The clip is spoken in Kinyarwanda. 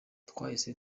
twahise